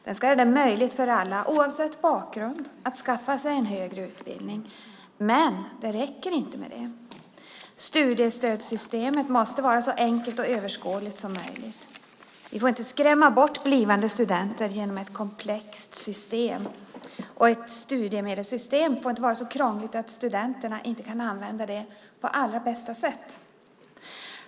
Den ska göra det möjligt för alla oavsett bakgrund att skaffa sig en högre utbildning. Men det räcker inte med det. Studiestödssystemet måste vara så enkelt och överskådligt som möjligt. Vi får inte skrämma bort blivande studenter genom ett komplext system. Ett studiemedelssystem får inte vara så krångligt att studenterna inte kan använda det på allra bästa sätt.